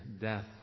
death